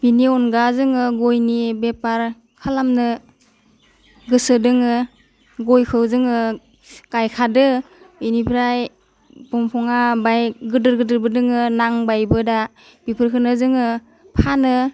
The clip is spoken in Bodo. बेनि अनगा जोङो गयनि बेफार खालामनो गोसो दोङो गयखौ जोङो गाइखादो बिनिफ्राय दंफाङा बाय गोदोर गोदोरबो दोङो नांबायबो दा बेफोरखौनो जोङो फानो